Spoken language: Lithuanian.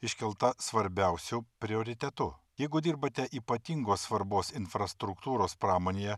iškelta svarbiausiu prioritetu jeigu dirbate ypatingos svarbos infrastruktūros pramonėje